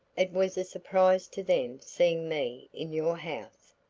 it was a surprise to them seeing me in your house.